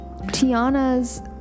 Tiana's